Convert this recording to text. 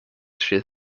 she